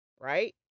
right